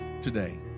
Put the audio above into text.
today